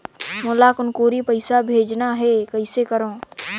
मोला कुनकुरी पइसा भेजना हैं, कइसे करो?